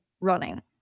running